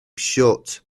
shut